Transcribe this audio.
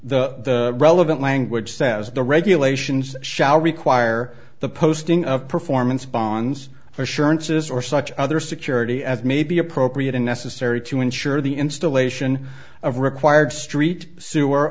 the relevant language says the regulations shall require the posting of performance bonds for assurances or such other security as may be appropriate and necessary to ensure the installation of required street sewer